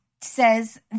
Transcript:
says